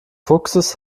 fuchses